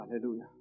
Hallelujah